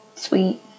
sweet